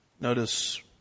Notice